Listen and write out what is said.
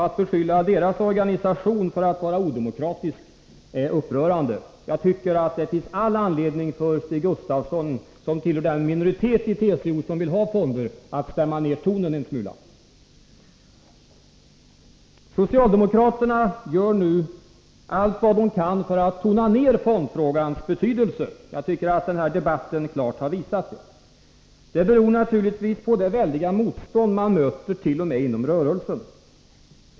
Att beskylla deras organisation för att vara odemokratisk är upprörande. Jag tycker det finns all anledning för Stig Gustafsson, som tillhör den minoritet i TCO som vill ha fonder, att stämma ned tonen en smula. Socialdemokraterna gör nu allt vad de kan för att tona ned fondfrågans betydelse. Det tycker jag att den här debatten klart har visat. Det beror naturligtvis på det kraftiga motstånd man mötert.o.m. inom rörelsen.